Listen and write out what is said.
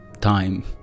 time